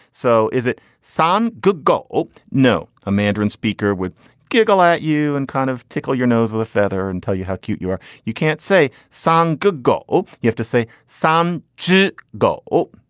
so is it some good goal? no. a mandarin speaker would giggle at you and kind of tickle your nose with a feather and tell you how cute you are. you can't say some good you have to say some git go. oh,